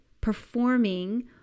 performing